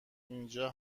اینجا